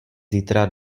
zítra